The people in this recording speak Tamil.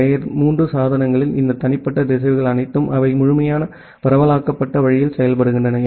லேயர் 3 சாதனங்களில் இந்த தனிப்பட்ட திசைவிகள் அனைத்தும் அவை முழுமையான பரவலாக்கப்பட்ட வழியில் செயல்படுகின்றன